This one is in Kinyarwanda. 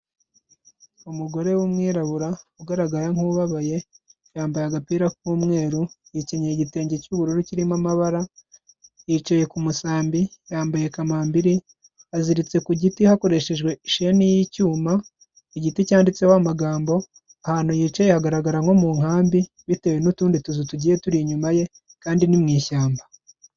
Umugore w'umwirabura ugaragara nk'ubabaye, yambaye agapira k'umweru, yikenyeye igitenge cy'ubururu kirimo amabara, yicaye ku musambi, yambaye kamambiri, aziritse ku giti hakoreshejwe isheni y'icyuma, igiti cyanditseho amagambo, ahantu yicaye hagaragara nko mu nkambi, bitewe n'utundi tuzu tugiye turi inyuma ye, kandi ni mu ishyamba.